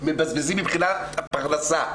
מבזבזים מבחינת הפרנסה.